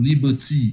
liberty